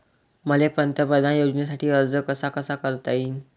मले पंतप्रधान योजनेसाठी अर्ज कसा कसा करता येईन?